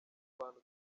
bantu